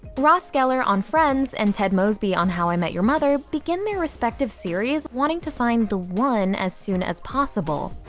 ross gellar on friends and ted mosby on how i met your mother begin their respective series wanting to find the one as soon as possible.